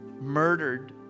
murdered